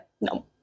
no